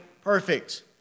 perfect